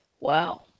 Wow